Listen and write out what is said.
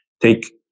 Take